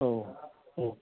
औ औ